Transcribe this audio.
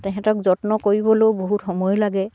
তেহেঁতক যত্ন কৰিবলৈও বহুত সময় লাগে